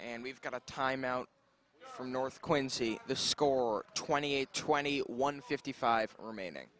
and we've got a timeout from north quincy the score twenty eight twenty one fifty five remaining